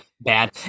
bad